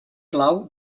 clau